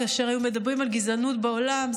כאשר היו מדברים על גזענות בעולם,